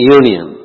union